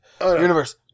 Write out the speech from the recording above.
universe